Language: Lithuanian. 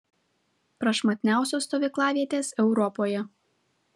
prašmatniausios stovyklavietės europoje